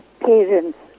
parents